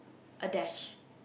a dash